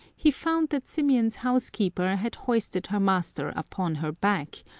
he found that symeon's housekeeper had hoisted her master upon her back,